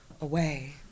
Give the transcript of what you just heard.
away